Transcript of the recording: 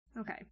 Okay